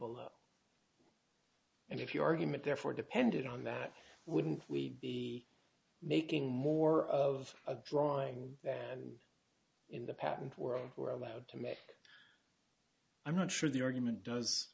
below and if your argument therefore depended on that wouldn't we be making more of a drawing than in the patent world we're allowed to make i'm not sure the argument does